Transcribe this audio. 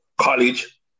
college